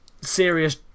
serious